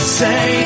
say